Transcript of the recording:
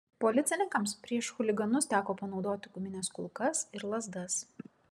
policininkams prieš chuliganus teko panaudoti gumines kulkas ir lazdas